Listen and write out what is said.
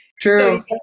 True